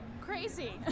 Crazy